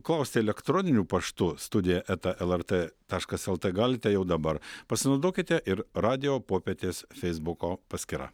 klausti elektroniniu paštu studija eta lrt taškas lt galite jau dabar pasinaudokite ir radijo popietės feisbuko paskyra